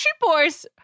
Boys